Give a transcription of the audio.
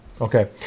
Okay